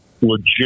legit